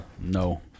No